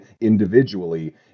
individually